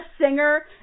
singer